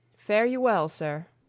fare you well, sir.